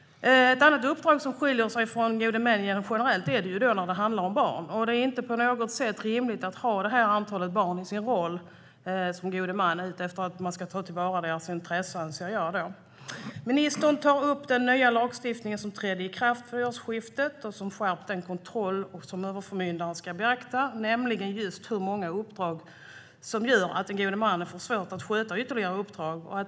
Uppdraget som god man för barn skiljer sig från uppdraget som god man generellt. Jag anser att det inte på något sätt är rimligt att ha ett så stort antal barn i sin roll som god man, eftersom man ska kunna ta till vara deras intressen. Ministern tar upp den nya lagstiftningen som trädde i kraft vid årsskiftet och som skärpte överförmyndarens kontroll, nämligen att beakta just hur många uppdrag som gör att den gode mannen får svårt att sköta ytterligare uppdrag.